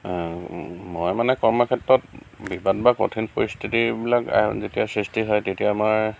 মই মানে কৰ্ম ক্ষেত্ৰত বিবাদ বা কঠিন পৰিস্থিতিবিলাক যেতিয়া সৃষ্টি হয় তেতিয়া আমাৰ